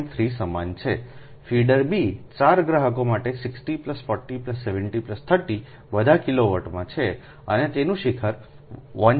3 સમાન છે feeder B 4 ગ્રાહકો માટે ત્યાં 60 40 70 30 બધા કિલોવોટમાં છે અને તેનું શિખર 160 છે